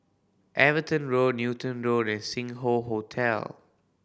Everton Road Newton Road and Sing Hoe Hotel